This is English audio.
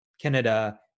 canada